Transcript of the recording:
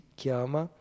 chiama